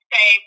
Say